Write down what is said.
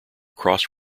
cross